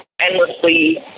endlessly